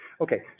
okay